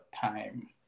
time